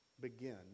begin